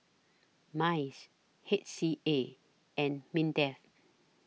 Minds H S A and Mindef